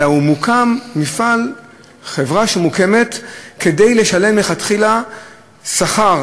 אלא החברה מוקמת כדי לשלם מלכתחילה שכר